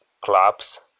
clubs